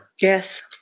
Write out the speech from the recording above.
Yes